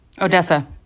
Odessa